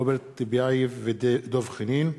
רוברט טיבייב ודב חנין,